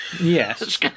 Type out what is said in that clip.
Yes